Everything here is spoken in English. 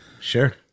sure